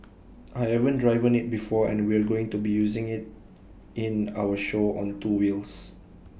I haven't driven IT before and we're going to be using IT in our show on two wheels